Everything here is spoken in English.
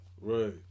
Right